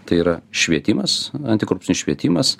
tai yra švietimas antikorupcinis švietimas